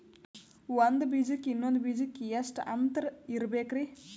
ಒಂದ್ ಬೀಜಕ್ಕ ಇನ್ನೊಂದು ಬೀಜಕ್ಕ ಎಷ್ಟ್ ಅಂತರ ಇರಬೇಕ್ರಿ?